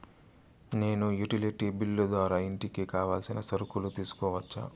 నేను utility bill ద్వారా ఇంటికి కావాల్సిన సరుకులు తీసుకోవచ్చా?